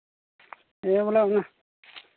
ᱦᱮᱸ ᱵᱚᱞᱮ ᱚᱱᱟ